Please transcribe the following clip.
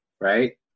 right